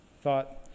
thought